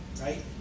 right